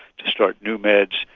to start new meds,